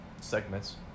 segments